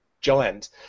giant